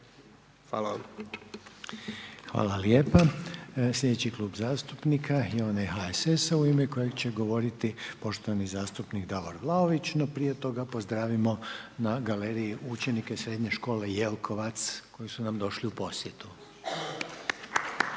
(HDZ)** Hvala lijepa. Slijedeći Klub zastupnika HSS-a u ime kojeg će govoriti poštovani zastupnik Davor Vlaović. No prije toga pozdravimo na galeriji učenike Srednje škole Jelkovac koji su nam došli u posjetu. Izvolite